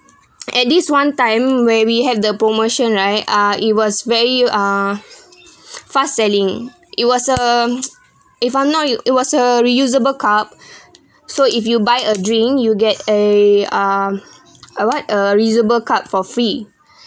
at least one time where we have the promotion right ah it was very ah fast selling it was um if I'm not you it was a reusable cup so if you buy a drink you get a um a what a reusable cup for free